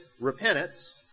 repentance